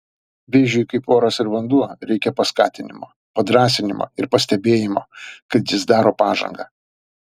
vėžiui kaip oras ir vanduo reikia paskatinimo padrąsinimo ir pastebėjimo kad jis daro pažangą